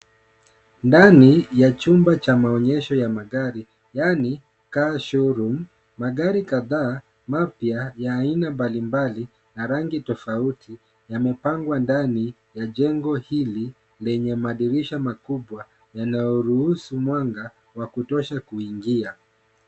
Ndani ya chumba cha maonyesho ya magari yaani car showroom . Magari kadhaa mapya ya aina mbalimbali na rangi tofauti yamepangwa ndani ya jengo hili lenye madirisha makubwa yanayo ruhusu mwanga wa kutosha kuingia.